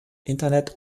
internet